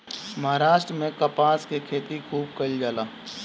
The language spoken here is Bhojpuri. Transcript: महाराष्ट्र में कपास के खेती खूब कईल जाला